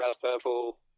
purple